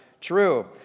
true